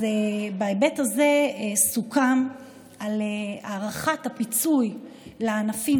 בהיבט הזה סוכם על הארכת הפיצוי לענפים